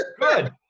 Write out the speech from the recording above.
Good